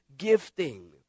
gifting